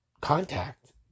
contact